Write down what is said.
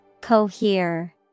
Cohere